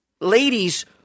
ladies